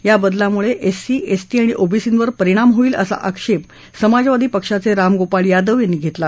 या बदलामुळे SC ST आणि ओबीसींवर परिणाम होईल असा आक्षेप समाजवादी पक्षाचे रामगोपाळ यादव यांनी घेतला